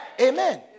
Amen